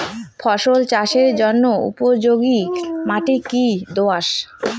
ফসল চাষের জন্য উপযোগি মাটি কী দোআঁশ?